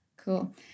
Cool